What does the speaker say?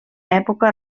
època